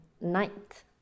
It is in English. night